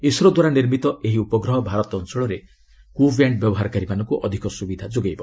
ISRO ଦ୍ୱାରା ନିର୍ମିତ ଏହି ଉପଗ୍ରହ ଭାରତ ଅଞ୍ଚଳରେ କୁ ବ୍ୟାଣ୍ଡ ବ୍ୟବହାରକାରୀମାନଙ୍କୁ ଅଧିକ ସୁବିଧା ଯୋଗାଇବ